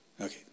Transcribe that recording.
Okay